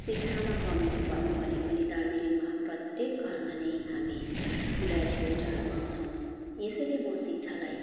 शिक्षामा कमि भनौँ भने पनि दार्जिलिङमा प्रत्येक घरमा नै हामी ग्राजुएटहरू पाउँछौँ यसैले म शिक्षालाई